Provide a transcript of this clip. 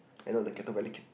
I know the kettle very cute